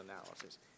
analysis